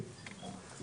תודה רבה חבר הכנסת.